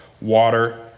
water